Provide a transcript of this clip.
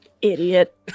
idiot